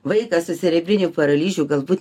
vaikas su cerebriniu paralyžiu galbūt